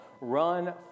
Run